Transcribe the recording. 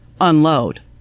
unload